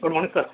good morning sir